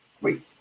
wait